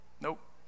Nope